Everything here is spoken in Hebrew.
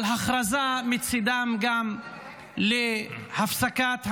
על הכרזה גם מצידן להפסקת המלחמה,